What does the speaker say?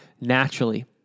naturally